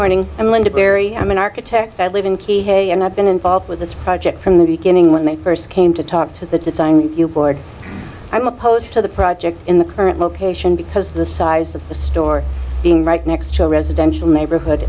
morning i'm linda perry i'm an architect that live in key hay and i've been involved with this project from the beginning when they first came to talk to the design i'm opposed to the project in the current location because the size of the store being right next to a residential neighborhood